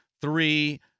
three